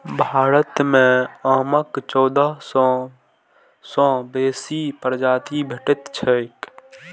भारत मे आमक चौदह सय सं बेसी प्रजाति भेटैत छैक